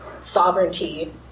sovereignty